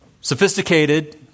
Sophisticated